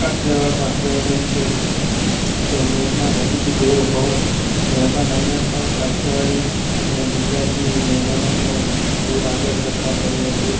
કાઠિયાવાડમાં કહેવત છે કે મહેમાન અતિથિ દેવો ભવઃ મહેમાન અમે પણ કાઠિયાવાડી અને ગુજરાતી મહેમાનોનું બહુ આદર સત્કાર કરીએ છીએ